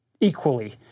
equally